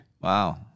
Wow